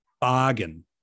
bargain